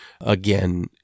again